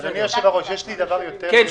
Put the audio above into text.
אדוני יושב-הראש, יש לי דבר חשוב.